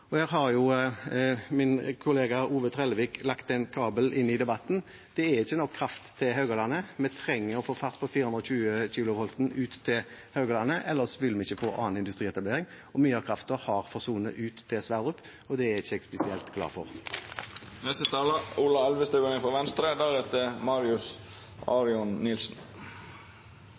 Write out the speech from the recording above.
Og her har min kollega Ove Trellevik lagt en kabel inn i debatten: Det er ikke nok kraft til Haugalandet. Vi trenger å få fatt på 420-kilovolten ut til Haugalandet, ellers vil vi ikke få annen industrietablering. Mye av kraften har forsvunnet ut til Sverdrup, og det er ikke jeg spesielt glad for.